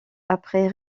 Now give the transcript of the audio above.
après